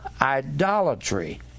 idolatry